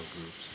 groups